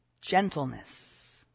gentleness